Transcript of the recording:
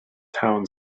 town